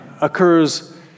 occurs